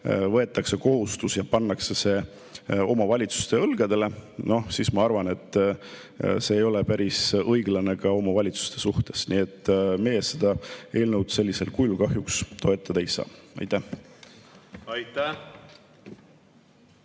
kohustus ja pannakse see omavalitsuste õlgadele. Ma arvan, et see ei ole päris õiglane omavalitsuste suhtes. Nii et meie seda eelnõu sellisel kujul kahjuks toetada ei saa. Aitäh!